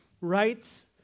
rights